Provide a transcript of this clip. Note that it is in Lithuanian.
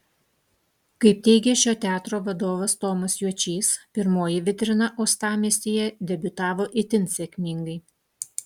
kaip teigė šio teatro vadovas tomas juočys pirmoji vitrina uostamiestyje debiutavo itin sėkmingai